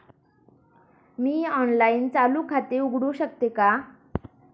मी online चालू खाते उघडू शकते का?